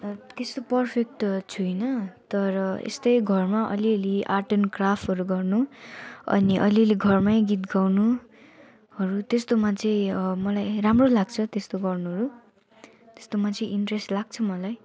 त्यस्तो पर्फेक्ट त छुइनँ तर यस्तै घरमा अलि अलि आर्ट एन क्राफ्टहरू गर्नु अनि अलि अलि घरमै गीत गाउनुहरू त्यस्तोमा चाहिँ मलाई राम्रो लाग्छ त्यस्तो गर्नुहरू त्यस्तोमा चाहिँ इन्ट्रेस्ट लाग्छ मलाई